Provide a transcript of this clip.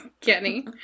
Kenny